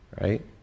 Right